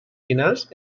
finals